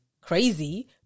crazy